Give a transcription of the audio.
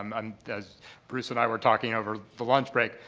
um um as bruce and i were talking over the lunch break,